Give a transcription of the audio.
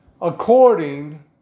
according